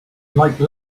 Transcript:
like